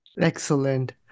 Excellent